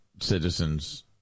citizens